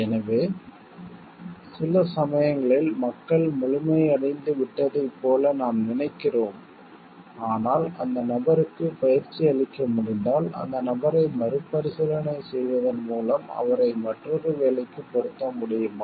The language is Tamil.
எனவே சில சமயங்களில் மக்கள் முழுமையடைந்துவிட்டதைப் போல நாம் நினைக்கிறோம் ஆனால் அந்த நபருக்கு பயிற்சி அளிக்க முடிந்தால் அந்த நபரை மறுபரிசீலனை செய்வதன் மூலம் அவரை மற்றொரு வேலைக்கு பொருத்த முடியுமா